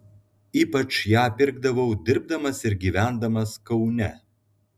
ypač ją pirkdavau dirbdamas ir gyvendamas kaune